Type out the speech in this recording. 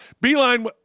Beeline